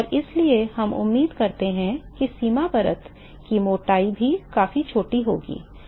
इसलिए हम उम्मीद करते हैं कि सीमा परत की मोटाई भी काफी छोटी होगी और